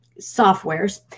softwares